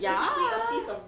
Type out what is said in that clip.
ya